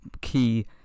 key